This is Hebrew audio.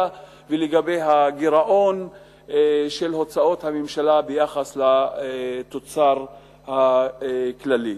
ולגבי הגירעון של הוצאות הממשלה ביחס לתוצר הכללי.